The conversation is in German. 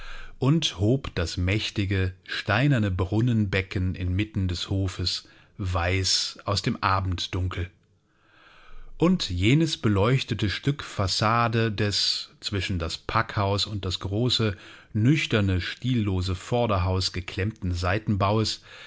und hob das mächtige steinerne brunnenbecken inmitten des hofes weiß aus dem abenddunkel und jenes beleuchtete stück fassade des zwischen das packhaus und das große nüchterne stillose vorderhaus geklemmten